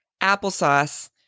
applesauce